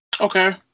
Okay